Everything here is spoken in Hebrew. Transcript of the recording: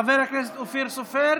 חבר הכנסת אופיר סופר,